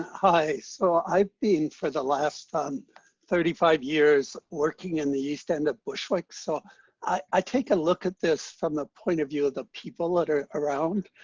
hi. so i've been for the last um thirty five years working in the east end of bushwick, so i take a look at this from the point of view of the people that are around.